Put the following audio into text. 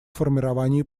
формировании